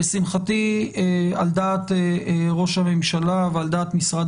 לשמחתי על דעת ראש הממשלה ועל דעת משרד